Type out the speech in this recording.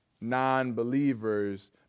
non-believers